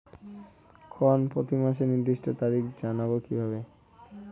ঋণ প্রতিমাসের নির্দিষ্ট তারিখ জানবো কিভাবে?